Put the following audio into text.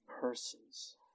persons